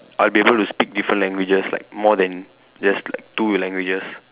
I'll be able to speak different languages like more than just like two languages